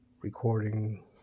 recording